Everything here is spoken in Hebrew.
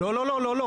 לא, לא.